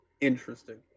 Interesting